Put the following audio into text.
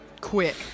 quick